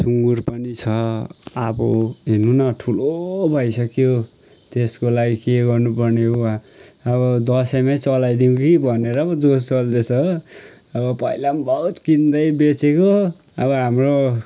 सुँगुर पनि छ अब हेर्नु न ठुलो भइसक्यो त्यसको लागि के गर्नु पर्ने हो अब दसैमै चलाइदिउँ कि भनेर पो जोस चल्दैछ हो अब पहिला पनि बहुत किन्दै बेचेको अब हाम्रो